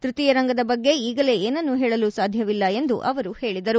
ತೃತೀಯ ರಂಗದ ಬಗ್ಗೆ ಈಗಲೇ ಏನನ್ನೂ ಹೇಳಲು ಸಾಧ್ಯವಿಲ್ಲ ಎಂದು ಅವರು ಹೇಳಿದರು